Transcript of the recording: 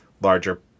larger